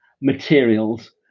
materials